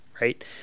right